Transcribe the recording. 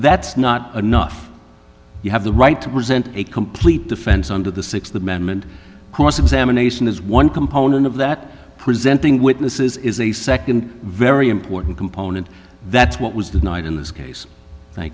that's not enough you have the right to present a complete defense under the sixth amendment cross examination is one component of that presenting witnesses is a second very important component that's what was the night in this case